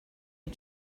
had